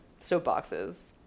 soapboxes